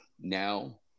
now